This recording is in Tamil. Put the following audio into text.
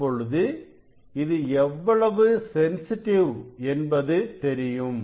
இப்பொழுது இது எவ்வளவு சென்சிட்டிவ் என்பது தெரியும்